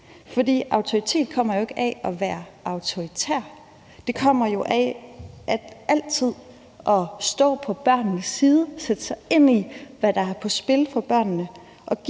autoritet kommer jo ikke af at være autoritær; det kommer jo af altid at stå på børnenes side, sætte sig ind i, hvad der er på spil for børnene,